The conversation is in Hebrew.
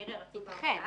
כנראה רצו בהרשאה.